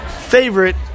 favorite